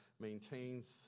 maintains